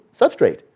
substrate